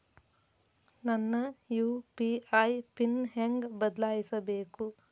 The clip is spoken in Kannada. ನನ್ನ ಯು.ಪಿ.ಐ ಪಿನ್ ಹೆಂಗ್ ಬದ್ಲಾಯಿಸ್ಬೇಕು?